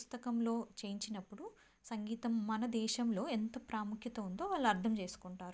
పుస్తకంలో చేయించినప్పుడు సంగీతం మన దేశంలో ఎంత ప్రాముఖ్యత ఉందో వాళ్ళు అర్థం చేసుకుంటారు